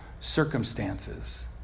circumstances